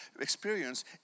experience